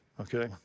okay